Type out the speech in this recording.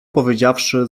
powiedziawszy